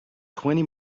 twenty